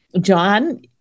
John